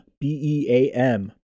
B-E-A-M